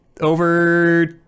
over